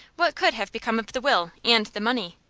what could have become of the will and the money?